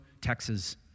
Texas